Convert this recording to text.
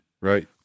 right